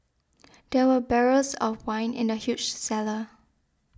there were barrels of wine in the huge cellar